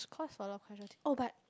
it's cause a lot of questions oh but